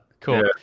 cool